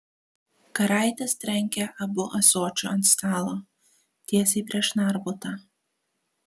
karaitis trenkė abu ąsočiu ant stalo tiesiai prieš narbutą